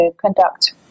conduct